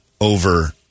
over